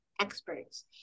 experts